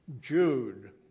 Jude